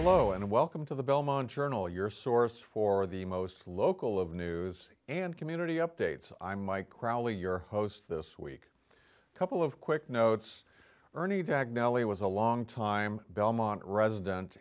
hello and welcome to the belmont journal your source for the most local of news and community updates i'm mike crowley your host this week a couple of quick notes ernie the agnelli was a long time belmont resident